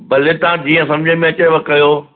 भले तव्हां जीअं सम्झि में अचेव कयो